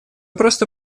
просто